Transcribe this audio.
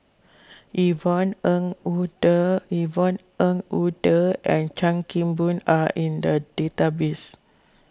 Yvonne Ng Uhde Yvonne Ng Uhde and Chan Kim Boon are in the database